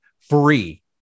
Free